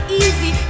easy